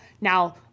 Now